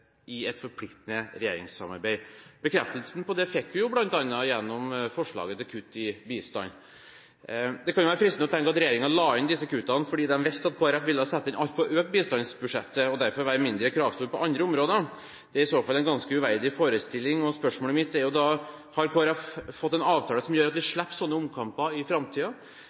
i et forpliktende regjeringssamarbeid. Bekreftelsen på det fikk vi bl.a. gjennom forslaget til kutt i bistand. Det kan være fristende å tenke at regjeringen la inn disse kuttene fordi den visste at Kristelig Folkeparti ville sette inn alt på å øke bistandsbudsjettet og derfor være mindre kravstort på andre områder. Det er i så fall en ganske uverdig forestilling, og spørsmålet mitt er: Har Kristelig Folkeparti fått en avtale som gjør at en slipper sånne omkamper i